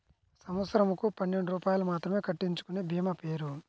సంవత్సరంకు పన్నెండు రూపాయలు మాత్రమే కట్టించుకొనే భీమా పేరు?